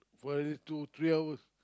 forty two three hours